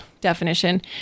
definition